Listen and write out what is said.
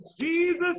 Jesus